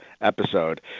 episode